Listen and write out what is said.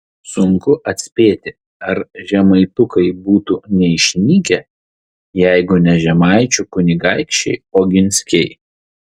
sunku atspėti ar žemaitukai būtų neišnykę jeigu ne žemaičių kunigaikščiai oginskiai